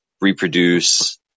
reproduce